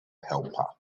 helper